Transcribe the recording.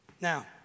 Now